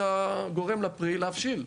אתה גורם לפרי להבשיל.